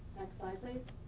next slide, please.